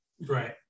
Right